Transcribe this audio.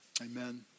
Amen